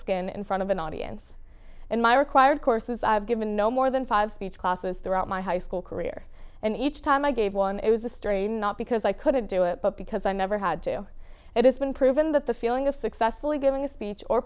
skin and front of an audience and my required courses i've given no more than five speech classes throughout my high school career and each time i gave one it was a story not because i couldn't do it but because i never had to do it it's been proven that the feeling of successfully giving a speech or